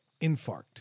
Infarct